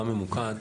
גם ממוקד,